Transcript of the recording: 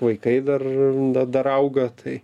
vaikai dar da dar auga tai